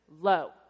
Low